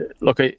look